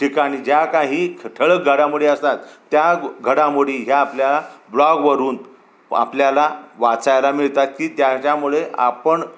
ठिकाणी ज्या काही ख ठळक घडामोडी असतात त्या घडामोडी ह्या आपल्या ब्लॉगवरून आपल्याला वाचायला मिळतात की त्याच्यामुळे आपण